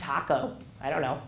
taco i don't know